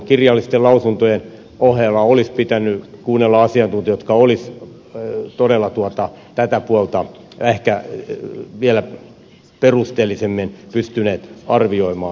kirjallisten lausuntojen ohella olisi pitänyt kuunnella asiantuntijoita jotka olisivat todella tätä puolta ehkä vielä perusteellisemmin pystyneet arvioimaan